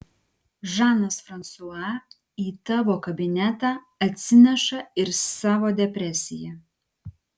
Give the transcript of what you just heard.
žanas fransua į tavo kabinetą atsineša ir savo depresiją